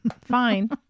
fine